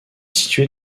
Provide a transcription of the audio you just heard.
situé